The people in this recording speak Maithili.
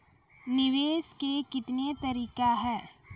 निवेश के कितने तरीका हैं?